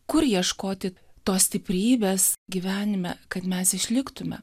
kur ieškoti tos stiprybės gyvenime kad mes išliktume